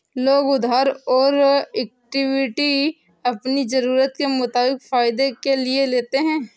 लोग उधार और इक्विटी अपनी ज़रूरत के मुताबिक फायदे के लिए लेते है